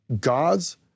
God's